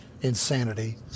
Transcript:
insanity